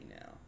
now